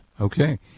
Okay